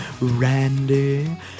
Randy